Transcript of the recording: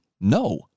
no